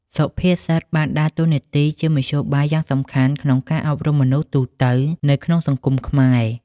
សុភាសិតបានដើរតួនាទីជាមធ្យោបាយយ៉ាងសំខាន់ក្នុងការអប់រំមនុស្សទូទៅនៅក្នុងសង្គមខ្មែរ។